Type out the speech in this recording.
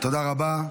תודה רבה.